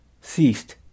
ceased